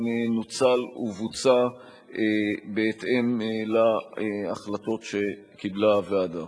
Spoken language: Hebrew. נוצל ובוצע בהתאם להחלטות שקיבלה הוועדה.